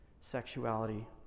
sexuality